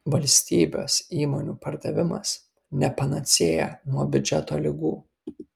valstybės įmonių pardavimas ne panacėja nuo biudžeto ligų